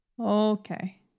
Okay